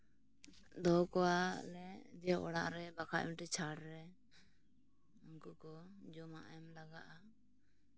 ᱫᱚᱦᱚ ᱠᱚᱣᱟᱞᱮ ᱚᱲᱟᱜ ᱨᱮ ᱵᱟᱠᱷᱟᱱ ᱢᱤᱫᱴᱤᱱ ᱪᱷᱟᱲ ᱨᱮ ᱱᱩᱠᱩ ᱠᱚ ᱡᱚᱢᱟᱜ ᱦᱚᱸ ᱮᱢ ᱞᱟᱜᱟᱜᱼᱟ